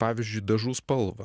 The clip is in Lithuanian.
pavyzdžiui dažų spalvą